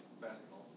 Basketball